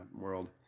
world